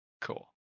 cool